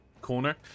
corner